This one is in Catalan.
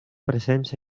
presents